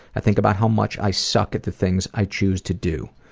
i think about how much i suck at the things i choose to do.